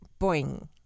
boing